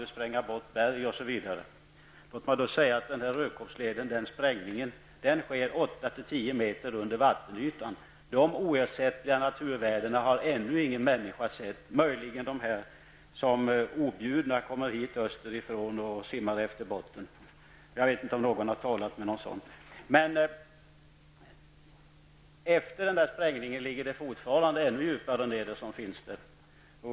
Den sprängning som behövs för att få till stånd Rödkobbsleden kommer att ske 8--10 meter under vattenytan. De oersättliga naturvärden som kan finnas där nere har ännu ingen människa sett, möjligen förutom de objudna gäster österifrån som simmar utefter botten. Jag vet inte om någon här har talat med en sådan gäst. Det som finns där nere kommer att ligga ännu djupare efter sprängningen.